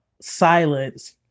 silence